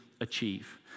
achieve